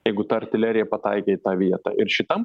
jeigu ta artilerija pataikė į tą vietą ir šitam